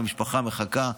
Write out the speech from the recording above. והמשפחה מחכה,